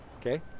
okay